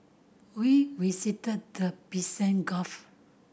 we visited the Persian Gulf